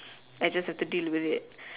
I just have to deal with it